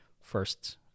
first